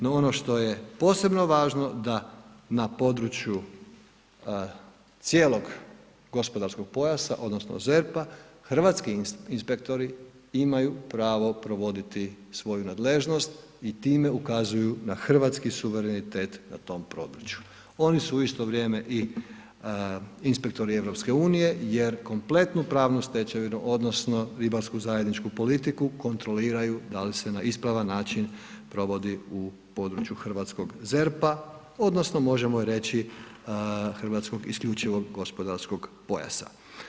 No, ono što je posebno važno da na području cijelog gospodarskog pojasa odnosno ZERP-a hrvatski inspektori imaju pravo provoditi svoju nadležnost i time ukazuju na hrvatski suverenitet na tom području, oni su u isto vrijeme i inspektori EU jer kompletnu pravnu stečevinu odnosno ribarsku zajedničku politiku kontroliraju da li se na ispravan način provodi u području hrvatskog ZERP-a odnosno možemo reći hrvatskog isključivog gospodarskog pojasa.